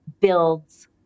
builds